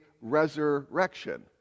resurrection